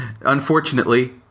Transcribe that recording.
Unfortunately